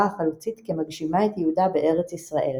החלוצית כמגשימה את ייעודה בארץ ישראל.